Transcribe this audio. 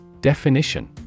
Definition